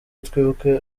twibuke